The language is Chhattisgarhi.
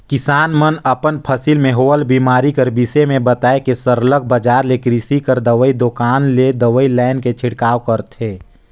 किसान मन अपन फसिल में होवल बेमारी कर बिसे में बताए के सरलग बजार ले किरसी कर दवई दोकान ले दवई लाएन के छिड़काव करथे